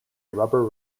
rubber